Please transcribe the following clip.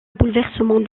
bouleversement